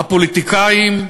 הפוליטיקאים,